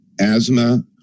asthma